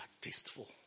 tasteful